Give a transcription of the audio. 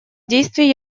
действий